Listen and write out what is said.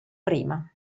prima